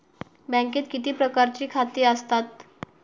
बँकेत किती प्रकारची खाती आसतात?